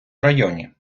районі